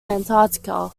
antarctica